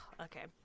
Okay